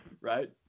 Right